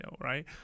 right